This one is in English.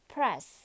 Press